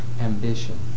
ambition